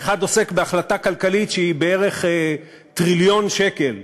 האחד עוסק בהחלטה כלכלית שהיא בערך של טריליון שקל,